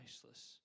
priceless